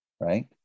right